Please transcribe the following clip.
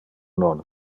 non